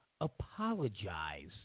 apologize